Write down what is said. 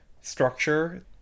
structure